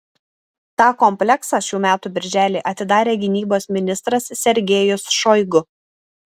tą kompleksą šių metų birželį atidarė gynybos ministras sergejus šoigu